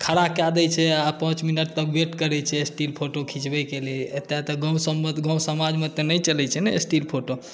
खड़ा कऽ दै छै आ पाँच मिनट तक वेट करै छै स्टिल फ़ोटो खिचबैक लेल एतऽ तऽ गामसभमे गाम समाजमे तऽ नहि चलै छै स्टिल फ़ोटो